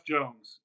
Jones